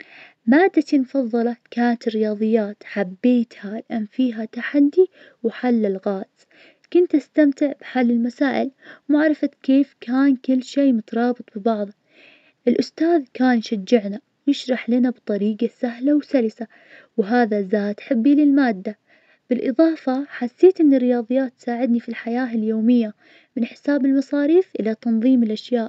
أحب العب كرة الجدم وفلعلاً- أجيدها واتقنها, من أيام الطفولة وأنا ألعب مع الربع في الحي, كنت دائماً أمارسها في المدرسة, أحب أتحرك في الملعب واستمتع باللعب, كفريق, أفضل مركز لي هو مهاجم, لان يعطيني فرصة أسدد اهداف, وأساعد فريقي بالفوز, أشعر إن كرة الجدم تجمع بين المتعة واللياقة, وتخليني فافرغ طاجتي.